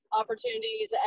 opportunities